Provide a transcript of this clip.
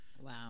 Wow